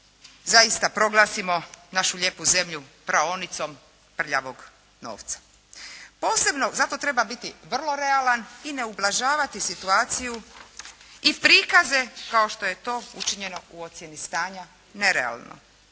zaista proglasimo našu lijepu zemlju praonicom prljavog novca? Posebno, zato treba biti vrlo realan i ne ublažavati situaciju i prikaze, kao što je to učinjeno u ocjeni stanja, nerealno.